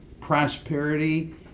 prosperity